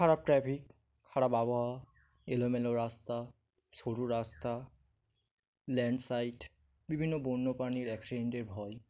খারাপ ট্র্যাফিক খারাপ আবহাওয়া এলোমেলো রাস্তা সরু রাস্তা ল্যান্ডসলাইড বিভিন্ন বন্যপ্রাণীর অ্যাক্সিডেন্টের ভয়